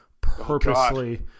purposely